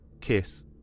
kiss